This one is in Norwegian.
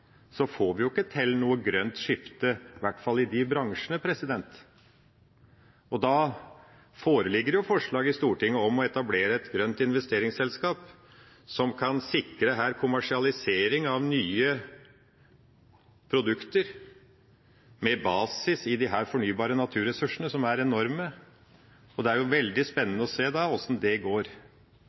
får vi ikke til noe grønt skifte i de bransjene i hvert fall. Det foreligger forslag i Stortinget om å etablere et grønt investeringsselskap som kan sikre kommersialisering av nye produkter med basis i disse fornybare ressursene, som er enorme, og det er veldig spennende å se hvordan det går.